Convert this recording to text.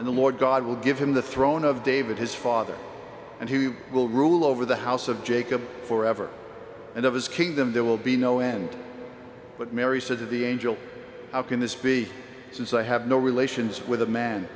and the lord god will give him the throne of david his father and he will rule over the house of jacob forever and of his kingdom there will be no end but mary said to the angel how can this be since i have no relations with a man